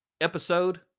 episode